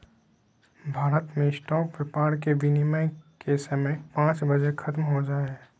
भारत मे स्टॉक व्यापार के विनियम के समय पांच बजे ख़त्म हो जा हय